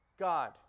God